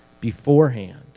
beforehand